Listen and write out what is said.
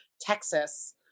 Texas